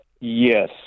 yes